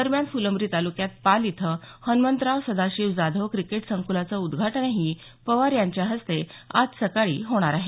दरम्यान फुलंब्री तालुक्यात पाल इथं हनमंतराव सदाशिव जाधव क्रिकेट संक्लाचं उद्घाटनही पवार यांच्या हस्ते आज सकाळी होणार आहे